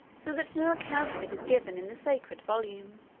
so that no account of it is given in the sacred volume.